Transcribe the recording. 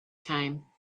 time